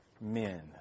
men